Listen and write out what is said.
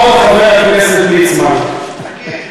דין כפר-קאסם כדין, כבוד חבר הכנסת ליצמן, תגיד.